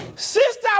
Sister